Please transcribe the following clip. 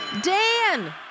Dan